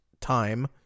time